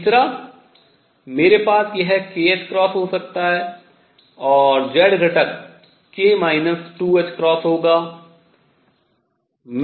तीसरा मेरे पास यह kℏ हो सकता है और z घटक k 2ℏ होगा